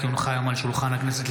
כי הונחה היום על שולחן הכנסת,